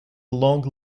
long